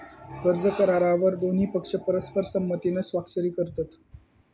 कर्ज करारावर दोन्ही पक्ष परस्पर संमतीन स्वाक्षरी करतत